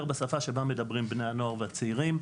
בשפה שבה מדברים בני הנוער והצעירים,